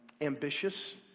ambitious